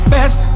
Best